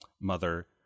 mother